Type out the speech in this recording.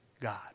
God